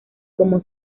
como